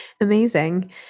Amazing